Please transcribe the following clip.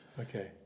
Okay